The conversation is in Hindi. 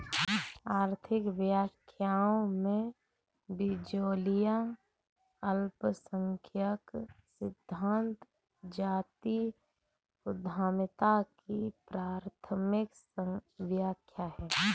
आर्थिक व्याख्याओं में, बिचौलिया अल्पसंख्यक सिद्धांत जातीय उद्यमिता की प्राथमिक व्याख्या है